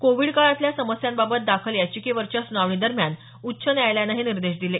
Covid काळातल्या समस्यांबाबत दाखल याचिकेवरच्या सुनावणी दरम्यान उच्च न्यायालयाने हे निर्देश दिले